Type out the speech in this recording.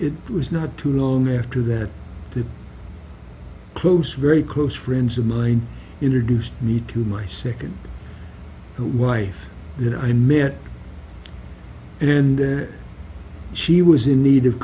it was not too long after that the close very close friends of mine introduced me to my second wife that i met and she was in need of